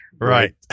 Right